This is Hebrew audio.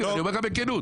אני אומר לך בכנות,